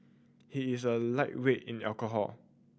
he is a lightweight in the alcohol